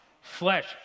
Flesh